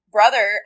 Brother